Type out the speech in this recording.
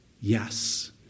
Yes